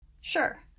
Sure